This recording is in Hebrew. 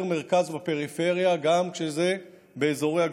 מרכז בפריפריה גם כשזה באזורי הגבולות.